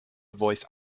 voice